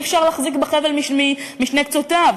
אי-אפשר להחזיק בחבל בשני קצותיו.